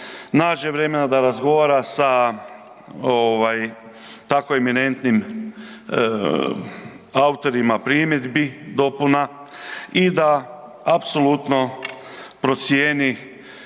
nađe vremena da razgovara sa tako eminentni autorima primjedbi, dopuna i da apsolutno procijeni